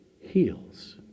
heals